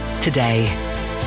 today